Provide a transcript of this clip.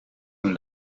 een